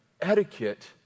etiquette